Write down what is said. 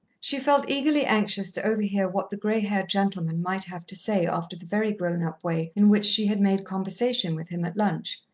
she felt eagerly anxious to overhear what the grey-haired gentleman might have to say after the very grown-up way in which she had made conversation with him at lunch,